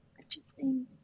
Interesting